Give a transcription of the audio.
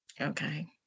okay